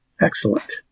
excellent